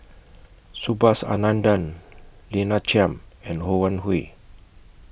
Subhas Anandan Lina Chiam and Ho Wan Hui